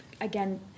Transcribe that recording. again